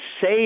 say